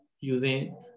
using